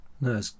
no